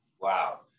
Wow